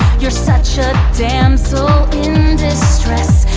you're such a damsel in distress,